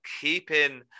keeping